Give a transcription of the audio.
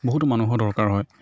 বহুতো মানুহৰ দৰকাৰ হয়